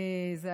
זו